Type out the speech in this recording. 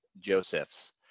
Joseph's